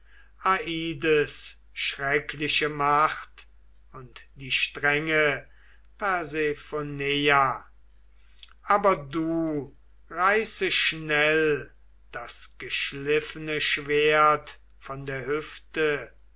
schreckliche macht und die strenge persephoneia aber du reiße schnell das geschliffene schwert von der hüfte